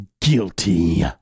Guilty